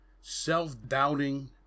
self-doubting